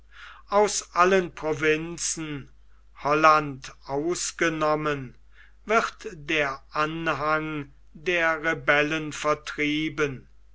aus allen provinzen holland ausgenommen wird der anhang der rebellen vertrieben